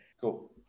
Cool